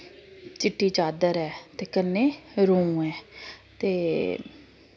चिट्टी चादर ऐ ते कन्नै रूं ऐ ते